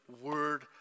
word